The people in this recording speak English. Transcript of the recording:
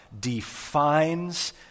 defines